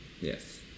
Yes